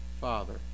father